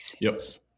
yes